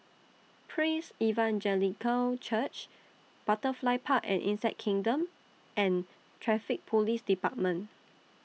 Praise Evangelical Church Butterfly Park and Insect Kingdom and Traffic Police department